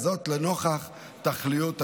וזאת לנוכח תכליות הגמלה.